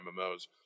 MMOs